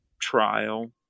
trial